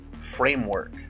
Framework